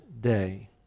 day